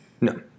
No